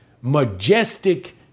Majestic